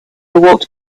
walked